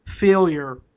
failure